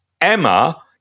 Emma